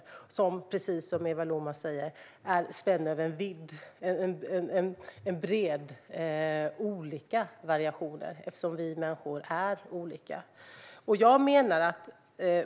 Precis som Eva Lohman sa har dessa bred spännvidd - de är olika eftersom vi människor är olika.